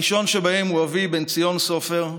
הראשון שבהם הוא אבי, בן-ציון סופר,